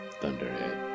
Thunderhead